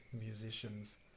musicians